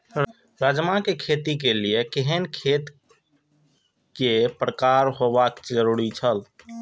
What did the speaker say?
राजमा के खेती के लेल केहेन खेत केय प्रकार होबाक जरुरी छल?